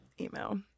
email